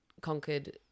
conquered